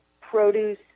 produce